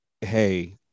hey